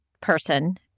person